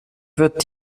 wird